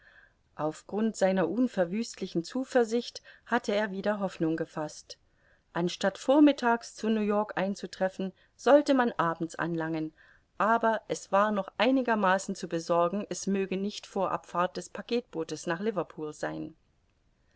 auf grund seiner unverwüstlichen zuversicht hatte er wieder hoffnung gefaßt anstatt vormittags zu new-york einzutreffen sollte man abends anlangen aber es war noch einigermaßen zu besorgen es möge nicht vor abfahrt des packetbootes nach liverpool sein